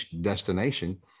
destination